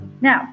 Now